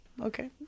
Okay